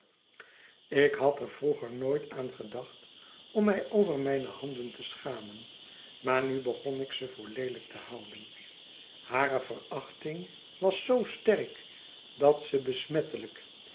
ik had er vroeger nooit aan gedacht om mij over mijne handen te schamen maar nu begon ik ze voor leelijk te houden hare verachting was zoo sterk dat ze besmettelijk